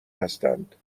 هستند